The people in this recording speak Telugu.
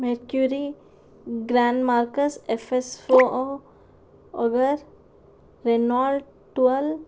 mercury Grand Marquis FS four O Agar Reynold twelve